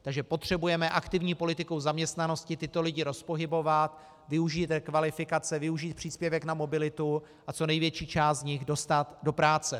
Takže potřebujeme aktivní politikou zaměstnanosti tyto lidi rozpohybovat, využít rekvalifikace, využít příspěvek na mobilitu a co největší část z nich dostat do práce.